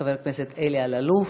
חבר הכנסת אלי אלאלוף.